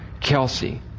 Kelsey